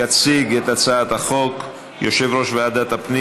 יציג את הצעת החוק יושב-ראש ועדת הפנים